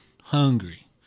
hungry